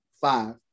five